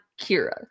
Kira